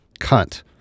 cunt